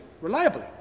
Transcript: reliably